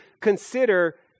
consider